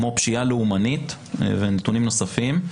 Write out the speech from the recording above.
כמו פשיעה לאומניות ונתונים נוספים,